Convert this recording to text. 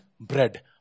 bread